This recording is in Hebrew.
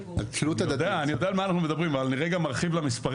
אני יודע על מה אנחנו מדברים אבל אני רגע מרחיב למספרים.